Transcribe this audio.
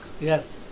Yes